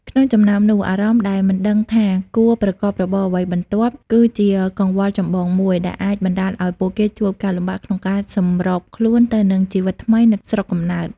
ក្នុងចំណោមនោះ អារម្មណ៍ដែលមិនដឹងថាគួរប្រកបរបរអ្វីបន្ទាប់ គឺជាកង្វល់ចម្បងមួយ ដែលអាចបណ្តាលឱ្យពួកគេជួបការលំបាកក្នុងការសម្របខ្លួនទៅនឹងជីវិតថ្មីនៅស្រុកកំណើត។